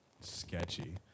sketchy